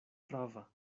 prava